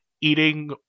eating